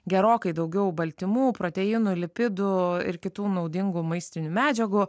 gerokai daugiau baltymų proteinų lipidų ir kitų naudingų maistinių medžiagų